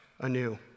anew